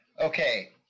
Okay